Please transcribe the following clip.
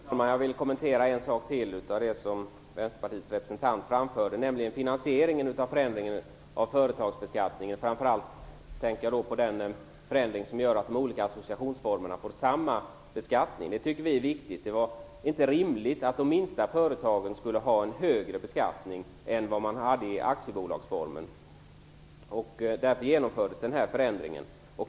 Fru talman! Jag vill kommentera ytterligare en sak som Vänsterpartiets representant framförde, nämligen finansieringen av förändringen av företagsbeskattningen. Jag tänker då framför allt på den förändring som gör att de olika associationsformerna får samma beskattning. Det tycker vi moderater är viktigt. Det var inte rimligt att de minsta företagen skulle ha en högre beskattning än vad man hade i aktiebolagsformen. Därför genomfördes denna förändring.